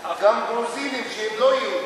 בית-הכנסת, גם גרוזינים שהם לא יהודים.